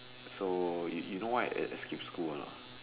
so you you know why I I skip school or not